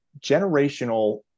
Generational